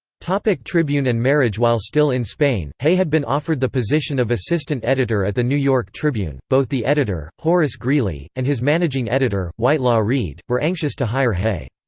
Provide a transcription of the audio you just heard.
like tribune and marriage while still in spain, hay had been offered the position of assistant editor at the new-york tribune both the editor, horace greeley, and his managing editor, whitelaw reid, were anxious to hire hay.